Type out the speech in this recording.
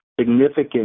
significant